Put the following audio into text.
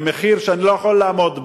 מחיר שאני לא יכול לעמוד בו,